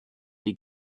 die